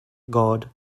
god